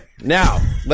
Now